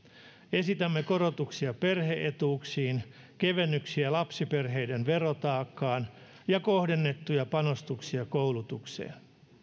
esitämme korotuksia perhe etuuksiin kevennyksiä lapsiperheiden verotaakkaan ja kohdennettuja panostuksia koulutukseen